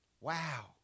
Wow